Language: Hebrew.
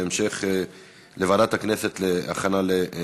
התשע"ו 2015, לוועדת הכנסת נתקבלה.